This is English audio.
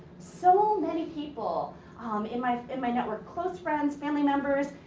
so many people in my in my network, close friends, family members,